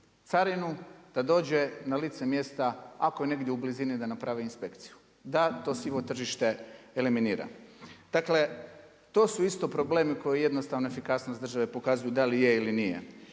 carinu da dođe na lice mjesta ako je negdje u blizini da napravi inspekciju da to sivo tržište eliminira. Dakle to su isto problemi koje jednostavno efikasnost države pokazuju da li je ili nije.